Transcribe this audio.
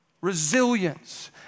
resilience